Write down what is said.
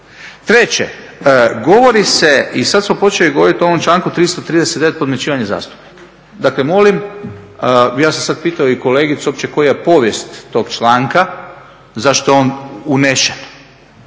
Treće, govori se i sad smo počeli govoriti o ovom članku 339. podmićivanje zastupnika. Dakle, molim ja sam sad pitao i kolegicu uopće koja je povijest tog članka zašto je on unesen.